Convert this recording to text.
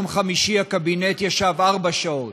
ביום חמישי הקבינט ישב ארבע שעות,